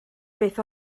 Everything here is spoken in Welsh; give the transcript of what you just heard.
beth